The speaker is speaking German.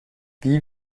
wie